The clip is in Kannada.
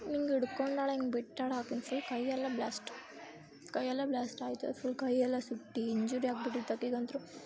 ಹಿಂಗ್ ಹಿಡ್ಕೊಂಡಾಳೆ ಹಿಂಗ್ ಬಿಟ್ಟಳಾಕಿನ ಫುಲ್ ಕೈಯೆಲ್ಲ ಬ್ಲ್ಯಾಸ್ಟ್ ಕೈಯಲ್ಲೇ ಬ್ಲ್ಯಾಸ್ಟ್ ಆಯಿತು ಅದು ಫುಲ್ ಕೈಯೆಲ್ಲ ಸುಟ್ಟು ಇಂಜುರಿ ಆಗ್ಬಿಟ್ಟಿತ್ತು ಆಕಿಗಂತೂ